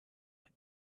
with